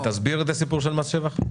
תסביר את הסיפור של מס שבח.